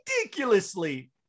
ridiculously